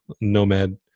nomad